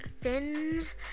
Fins